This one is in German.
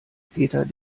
peter